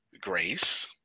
Grace